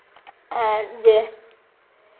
R J